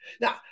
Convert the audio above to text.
Now